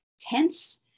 tense